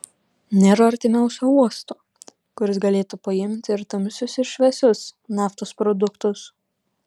nėra artimiausio uosto kuris galėtų paimti ir tamsius ir šviesius naftos produktus